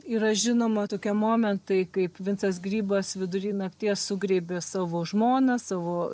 yra žinoma tokie momentai kaip vincas grybas vidury nakties sugriebė savo žmoną savo